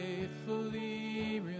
faithfully